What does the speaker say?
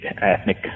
ethnic